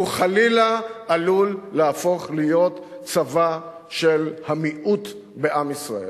והוא חלילה עלול להפוך להיות צבא של המיעוט בעם ישראל.